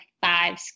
five